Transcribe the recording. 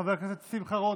חבר הכנסת שמחה רוטמן,